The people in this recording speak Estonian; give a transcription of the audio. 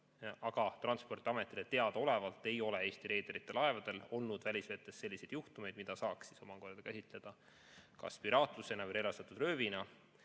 Aga Transpordiametile teadaolevalt ei ole Eesti reederite laevadel olnud välisvetes selliseid juhtumeid, mida saaks omakorda käsitleda kas piraatlusena või relvastatud röövina.